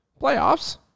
playoffs